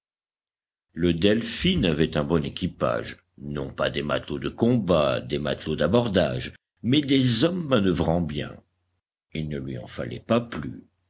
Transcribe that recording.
le delphin avait un bon équipage non pas des matelots de combat des matelots d'abordage mais des hommes manœuvrant bien il ne lui en fallait pas plus